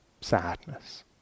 sadness